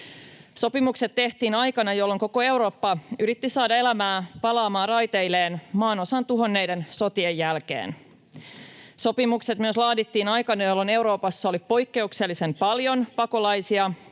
Sopimukset tehtiin aikana, jolloin koko Eurooppa yritti saada elämää palaamaan raiteilleen maanosan tuhonneiden sotien jälkeen. Sopimukset myös laadittiin aikana, jolloin Euroopassa oli poikkeuksellisen paljon pakolaisia